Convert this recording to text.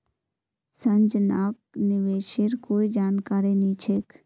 संजनाक निवेशेर कोई जानकारी नी छेक